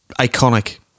iconic